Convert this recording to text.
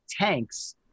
tanks